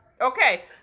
Okay